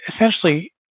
Essentially